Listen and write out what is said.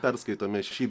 perskaitome šį